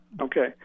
Okay